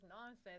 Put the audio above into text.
nonsense